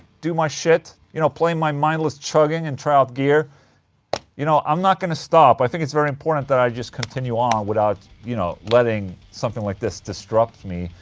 do my shit you know, play my mindless chugging and try out gear you know, i'm not gonna stop. i think it's very important that i just continue on without. you know, letting something like this disrupt me.